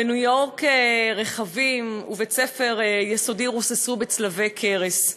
בניו-יורק כלי רכב ובית-ספר יסודי רוססו בצלבי קרס,